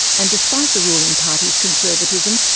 and despite the ruling party's conservatism,